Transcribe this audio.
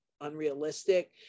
unrealistic